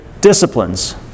disciplines